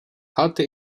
harten